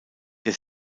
der